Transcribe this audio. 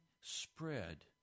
spread